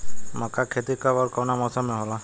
मका के खेती कब ओर कवना मौसम में होला?